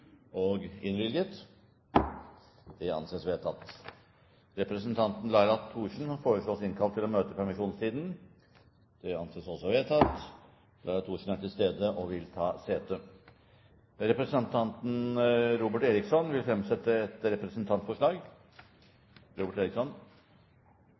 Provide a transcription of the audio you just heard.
og innvilges. Vararepresentanten, Laila Thorsen, innkalles for å møte i permisjonstiden. Laila Thorsen er til stede og vil ta sete. Representanten Robert Eriksson vil fremsette et representantforslag.